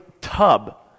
tub